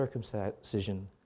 circumcision